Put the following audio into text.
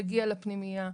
יגיע לפנימייה,